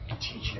teaching